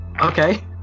okay